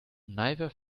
neither